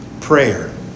Prayer